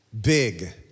big